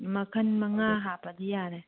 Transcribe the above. ꯃꯈꯟ ꯃꯉꯥ ꯍꯥꯞꯄꯗꯤ ꯌꯥꯔꯦ